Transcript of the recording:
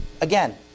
again